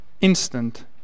instant